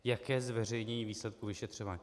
Jaké zveřejnění výsledků vyšetřování?